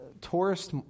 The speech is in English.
tourist